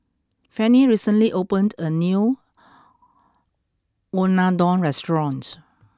Fanny recently opened a new Unadon restaurant